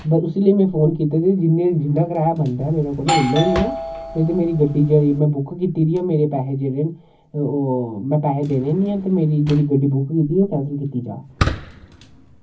ते इस लेई में फोन कीता कि जिन्ना जिन्ना कराया बनदा ऐ मेरे कोला उन्ना ई लैओ जिन्ना नेईं जेह्ड़ी गड्डी में बुक कीती दी ऐ मेरे पैहे जेह्ड़े न ओह् में पैहे देने निं हैन ते मेरी जेह्ड़ी गड्डी बुक कीती दी ऐ ते ओह् कैंसल कीती जा